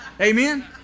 Amen